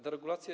Deregulacje.